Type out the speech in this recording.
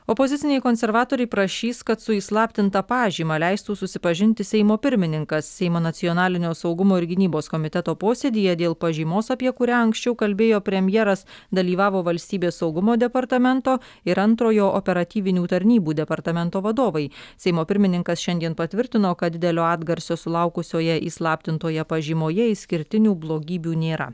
opoziciniai konservatoriai prašys kad su įslaptinta pažyma leistų susipažinti seimo pirmininkas seimo nacionalinio saugumo ir gynybos komiteto posėdyje dėl pažymos apie kurią anksčiau kalbėjo premjeras dalyvavo valstybės saugumo departamento ir antrojo operatyvinių tarnybų departamento vadovai seimo pirmininkas šiandien patvirtino kad didelio atgarsio sulaukusioje įslaptintoje pažymoje išskirtinių blogybių nėra